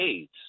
AIDS